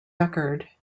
record